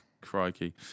crikey